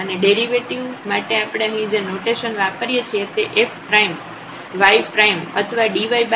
અને ડેરિવેટિવ માટે આપણે અહીં જે નોટેશન વાપરીએ છીએ તે f પ્રાઇમ y પ્રાઇમ અથવા dydx છે